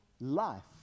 life